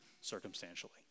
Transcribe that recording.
circumstantially